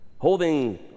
holding